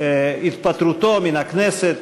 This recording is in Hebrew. התפטרותו מן הכנסת,